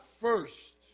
first